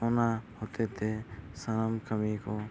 ᱚᱱᱟ ᱦᱚᱛᱮᱛᱮ ᱥᱟᱱᱟᱢ ᱠᱟᱹᱢᱤᱭᱟᱹ ᱠᱚ